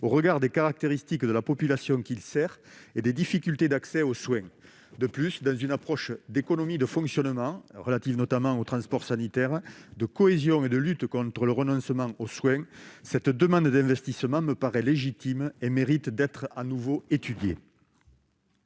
au regard des caractéristiques de la population qu'il sert et des difficultés d'accès aux soins de plus dans une approche d'économies de fonctionnement, relatives notamment aux transports sanitaires de cohésion et de lutte contre le renoncement aux soins cette demande d'investissement me paraît légitime et mérite d'être à nouveau étudié.